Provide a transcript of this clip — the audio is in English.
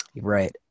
right